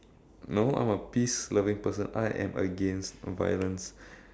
no I am a peace loving person I am against violence